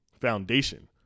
foundation